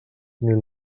mil